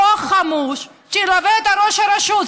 כוח חמוש שילווה את ראש הרשות,